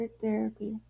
therapy